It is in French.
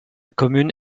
commune